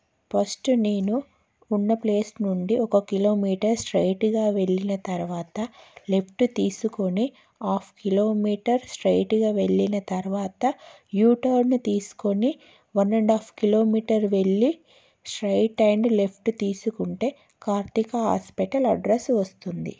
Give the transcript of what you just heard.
first నేను ఉన్న place నుండి ఒక కిలోమీటర్ స్ట్రయిట్గా వెళ్ళిన తర్వాత లెఫ్ట్ తీసుకుని హాఫ్ కిలోమీటర్ స్ట్రయిట్గా వెళ్ళిన తర్వాత యూ టర్న్ తీసుకొని వన్ అండ్ హాఫ్ కిలోమీటర్ వెళ్ళి స్ట్రయిట్ అండ్ లెఫ్ట్ తీసుకుంటే కార్తీకా హాస్పిటల్ అడ్రస్ వస్తుంది